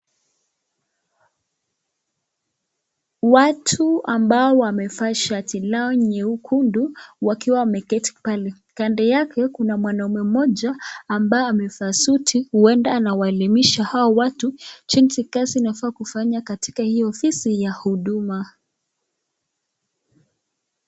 Watu ambao wamevaa shati lao nyekundu wakiwa wameketi pale kando yake kuna mwanaume mmoja ambaye amevaa suti huenda anawaelimisha hao watu jinsi kazi unafaa kufanya katika hiyo ofisi ya huduma.